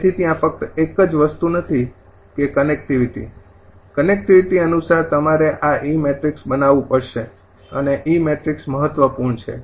તેથી ત્યાં ફક્ત એક જ વસ્તુ નથી કે કનેક્ટિવિટી કનેક્ટિવિટી અનુસાર તમારે આ ઇ મેટ્રિક્સ બનાવવું પડશે અને ઇ મેટ્રિક્સ મહત્વપૂર્ણ છે